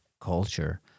culture